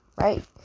right